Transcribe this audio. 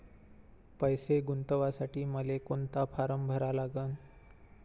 पैसे गुंतवासाठी मले कोंता फारम भरा लागन?